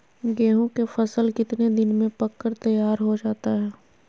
गेंहू के फसल कितने दिन में पक कर तैयार हो जाता है